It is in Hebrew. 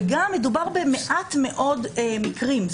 וגם מדובר במעט מאוד מקרים.